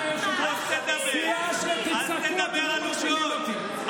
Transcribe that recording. אדוני היושב-ראש, תצעקו, אתם לא מרשימים אותי.